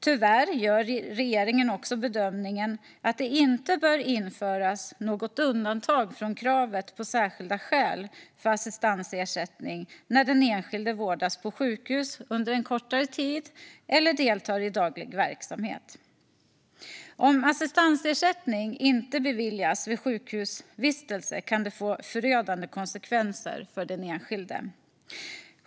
Tyvärr gör regeringen också bedömningen att det inte bör införas något undantag från kravet på särskilda skäl för assistansersättning när den enskilde vårdas på sjukhus under en kortare tid eller deltar i daglig verksamhet. Om assistansersättning inte beviljas vid sjukhusvistelse kan det få förödande konsekvenser för den enskilde.